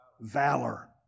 valor